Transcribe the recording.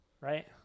Right